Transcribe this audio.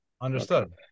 understood